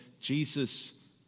Jesus